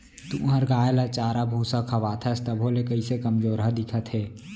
तुंहर गाय ल चारा भूसा खवाथस तभो ले कइसे कमजोरहा दिखत हे?